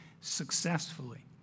successfully